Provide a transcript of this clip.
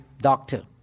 doctor